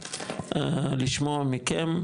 לשמוע מכם,